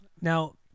Now